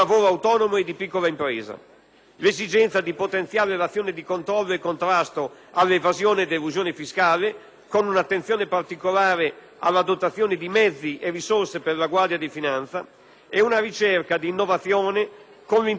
l'esigenza di potenziare l'azione di controllo e contrasto all'evasione ed elusione fiscale con un'attenzione particolare alla dotazione di mezzi e risorse per la Guardia di finanza, e una ricerca di innovazione con l'introduzione di una sperimentazione